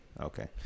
Okay